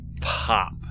pop